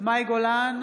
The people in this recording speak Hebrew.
מאי גולן,